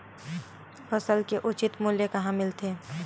फसल के उचित मूल्य कहां मिलथे?